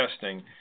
testing